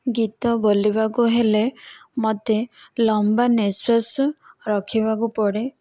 ଗୀତ ବୋଲିବାକୁ ହେଲେ ମୋତେ ଲମ୍ବା ନିଃଶ୍ୱାସ ରଖିବାକୁ ପଡ଼େ